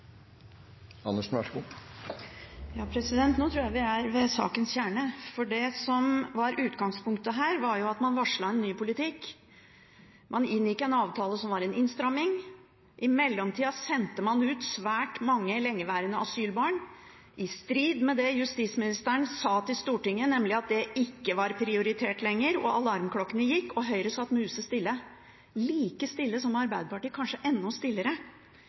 ved sakens kjerne, for det som var utgangspunktet her, var jo at man varslet en ny politikk. Man inngikk en avtale som var en innstramming. I mellomtida sendte man ut svært mange lengeværende asylbarn, i strid med det justisministeren sa til Stortinget, nemlig at det ikke var prioritert lenger, og alarmklokkene gikk, og Høyre satt musestille, like stille som Arbeiderpartiet, kanskje enda stillere.